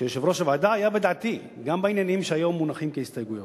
שיושב-ראש הוועדה היה בדעתי גם בעניינים שהיום מונחים כהסתייגויות,